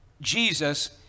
Jesus